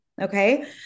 okay